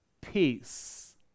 peace